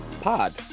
pod